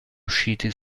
usciti